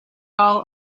all